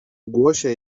głosie